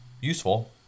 useful